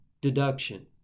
deduction